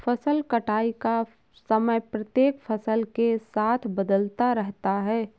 फसल कटाई का समय प्रत्येक फसल के साथ बदलता रहता है